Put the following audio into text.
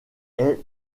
est